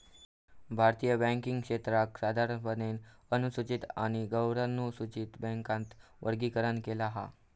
भारतीय बॅन्किंग क्षेत्राक साधारणपणे अनुसूचित आणि गैरनुसूचित बॅन्कात वर्गीकरण केला हा